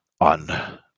on